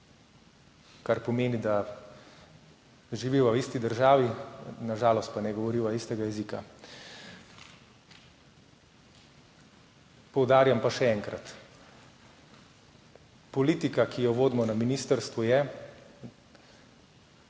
Kar pomeni, da živiva v isti državi, na žalost pa ne govoriva istega jezika. Poudarjam pa še enkrat, politika, ki jo vodimo na ministrstvu, je